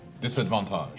Disadvantage